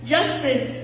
Justice